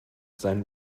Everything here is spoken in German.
seinen